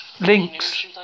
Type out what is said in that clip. Links